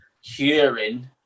hearing